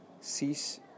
Cease